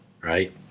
right